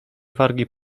wargi